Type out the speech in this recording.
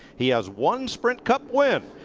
he has one sprint cup win.